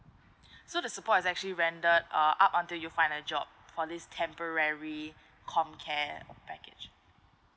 so the support is actually rendered uh up until you find a job for this temporary com care of package